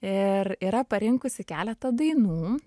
ir yra parinkusi keletą dainų